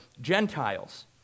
Gentiles